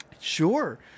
Sure